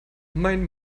mein